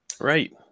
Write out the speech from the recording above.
Right